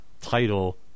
title